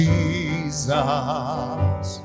Jesus